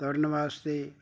ਦੌੜਨ ਵਾਸਤੇ